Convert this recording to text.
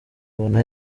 ubona